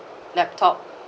laptop